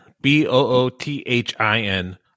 B-O-O-T-H-I-N